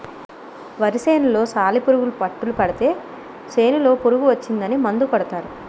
వరి సేనులో సాలిపురుగు పట్టులు పడితే సేనులో పురుగు వచ్చిందని మందు కొడతారు